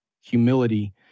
Humility